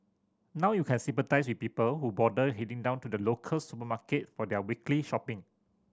now you can sympathise with people who bother heading down to the local supermarket for their weekly shopping